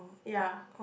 ya